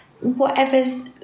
whatever's